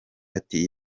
ati